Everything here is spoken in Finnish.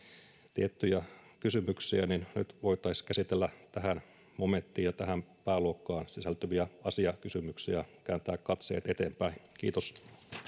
tiettyjä kysymyksiä nyt voitaisiin käsitellä tähän momenttiin ja tähän pääluokkaan sisältyviä asiakysymyksiä kääntää katseet eteenpäin kiitos